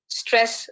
stress